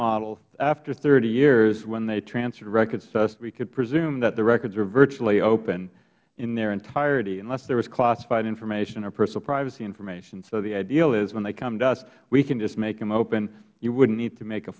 model after thirty years when they transferred records to us we could presume that the records were virtually open in their entirety unless there was classified information or personal privacy information so the ideal is when they come to us we can just make them open you wouldn't need to make a